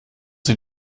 sie